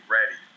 Ready